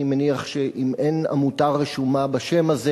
אני מניח שאם אין עמותה רשומה בשם הזה